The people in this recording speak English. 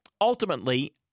ultimately